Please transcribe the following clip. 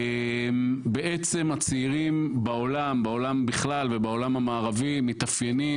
בעצם הצעירים בעולם בכלל ובעולם המערבי בפרט,